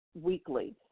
weekly